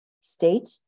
state